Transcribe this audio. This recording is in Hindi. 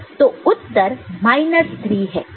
तो उत्तर माइनस 3 है